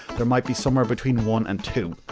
there might be somewhere, between one and two.